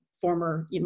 former